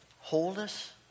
wholeness